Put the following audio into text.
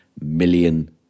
million